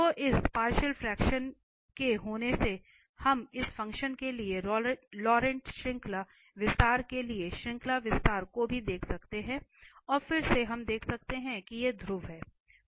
तो इस partial fraction के होने से हम इस फ़ंक्शन के लिए लॉरेंट श्रृंखला विस्तार के लिए श्रृंखला विस्तार को भी देख सकते हैं और फिर से हम देख सकते हैं कि ये ध्रुव हैं